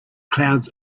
clouds